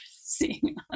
seeing